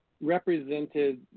represented